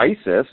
ISIS